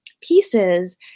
pieces